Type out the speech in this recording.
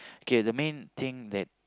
K they main thing that